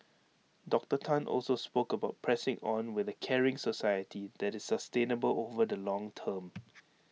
Doctor Tan also spoke about pressing on with A caring society that is sustainable over the long term